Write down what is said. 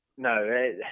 No